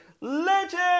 legend